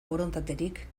borondaterik